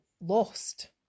lost